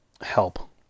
Help